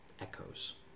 echoes